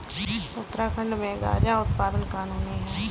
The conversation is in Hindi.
उत्तराखंड में गांजा उत्पादन कानूनी है